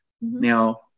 Now